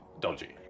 dodgy